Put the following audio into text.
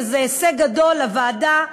וזה הישג גדול לוועדה,